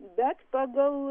bet pagal